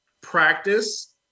practice